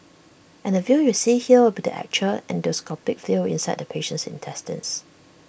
and the view you see here will be the actual endoscopic view inside the patient's intestines